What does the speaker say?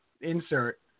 insert